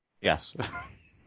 Yes